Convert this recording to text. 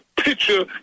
picture